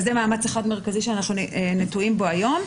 אז זה מאמץ אחד מרכזי שאנחנו מצויים בו היום.